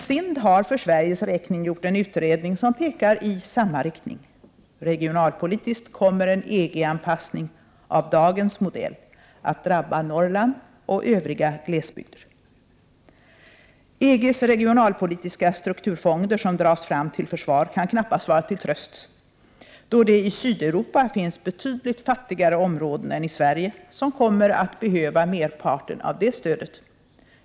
SIND har för Sveriges räkning gjort en utredning som pekar i samma riktning. Regionalpolitiskt kommer en EG-anpassning av dagens modell att drabba Norrland och övriga glesbygder. EG:s regionalpolitiska strukturfonder, som dras fram till försvar, kan knappast vara till tröst, då det i Sydeuropa finns betydligt fattigare områden än i Sverige som kommer att behöva merparten av det stödet.